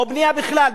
או בנייה בכלל,